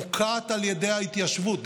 מוקעת על ידי ההתיישבות,